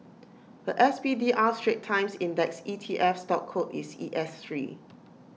The S P D R straits times index E T F stock code is E S Three